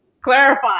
clarify